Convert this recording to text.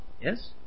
Yes